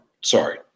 sorry